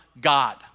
God